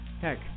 heck